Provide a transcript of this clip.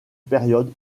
période